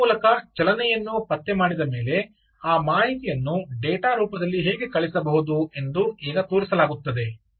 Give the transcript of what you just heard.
ಅದರ ಮೂಲಕ ಚಲನೆಯನ್ನು ಪತ್ತೆಮಾಡಿದ ಮೇಲೆ ಆ ಮಾಹಿತಿಯನ್ನು ಡೇಟಾ ರೂಪದಲ್ಲಿ ಹೇಗೆ ಕಳಿಸಬಹುದು ಎಂದು ಈಗ ತೋರಿಸಲಾಗುತ್ತದೆ